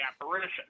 apparition